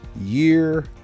year